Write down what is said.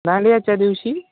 नालीयाच्या दिवशी